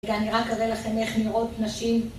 ואני רק אראה לכם איך נראות נשים